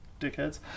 dickheads